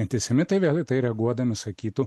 antisemitai vėl į tai reaguodami sakytų